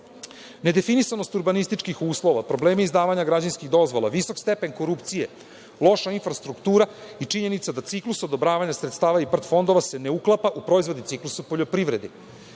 Nedefinisanost urbanističkih uslova, problemi izdavanja građevinskih dozvola, visok stepen korupcije, loša infrastruktura i činjenica da ciklus odobravanja sredstava IPARD fondova se ne uklapa u proizvodne cikluse poljoprivrede.